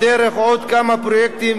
בדרך, עוד כמה פרויקטים,